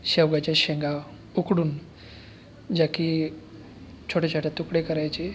शेवगयाच्या शेंगा उकडून ज्या की छोटेछोटे तुकडे करायचे